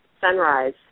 Sunrise